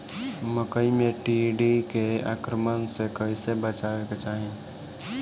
मकई मे टिड्डी के आक्रमण से कइसे बचावे के चाही?